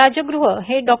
राजगृह हे डॉ